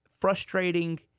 frustrating